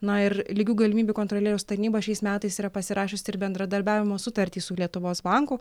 na ir lygių galimybių kontrolieriaus tarnyba šiais metais yra pasirašiusi ir bendradarbiavimo sutartį su lietuvos banku